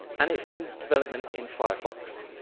and it's in development in firefox.